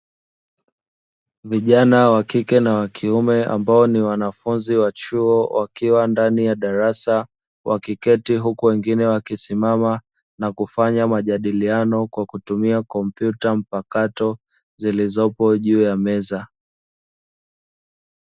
Vijana wa kike na wa kiume ambao ni wanafunzi wa chuo wakiwa ndani ya darasa, wakiketi huku wengine wakisimama na kufanya majadiliano kwa kutumia kompyuta mpakato zilizopo juu ya meza.